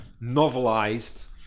novelized